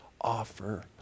offer